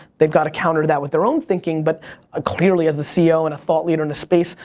they've got to counter that with their own thinking, but ah clearly, as a ceo and a thought leader in a space,